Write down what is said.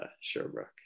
Sherbrooke